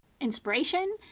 inspiration